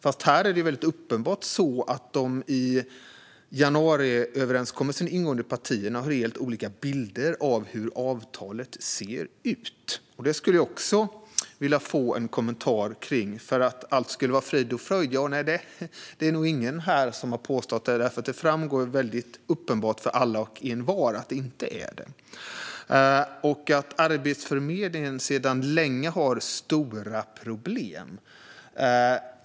Men här är det uppenbart att de i januariöverenskommelsen ingående partierna har helt olika bilder av hur avtalet ser ut. Det skulle jag också vilja ha en kommentar till. Att allt skulle vara frid och fröjd är det nog ingen här som har påstått, för det framgår väldigt uppenbart för alla och envar att det inte är så. Arbetsförmedlingen har sedan länge stora problem.